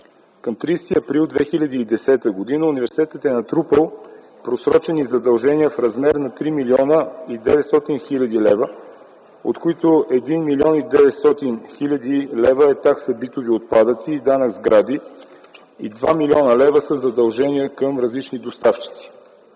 Към 30 април 2010 г. университетът е натрупал просрочени задължения в размер на 3 млн. 900 хил. лв., от които 1 млн. 900 хил. лв. е такса „Битови отпадъци” и данък сгради и 2 млн. лв. са задълженията към различни доставчици.